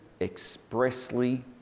expressly